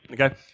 okay